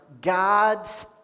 God's